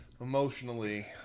Emotionally